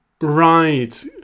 Right